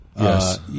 Yes